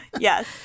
Yes